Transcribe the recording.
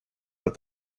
but